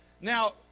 Now